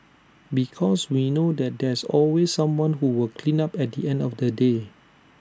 because we know that there's always someone who will clean up at the end of the day